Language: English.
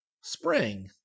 spring